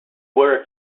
were